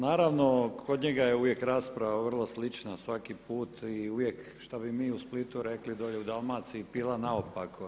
Naravno kod njega je uvijek rasprava vrlo slična svaki put i uvijek šta bi mi u Splitu rekli, dolje u Dalmaciji pila naopako.